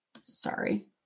sorry